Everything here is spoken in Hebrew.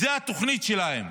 זו התוכנית שלהם.